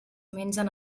mengen